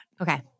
Okay